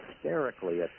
hysterically